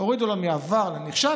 הורידו מעבר לנכשל,